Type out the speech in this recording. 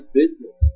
business